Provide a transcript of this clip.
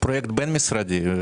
פרויקט בין משרדי.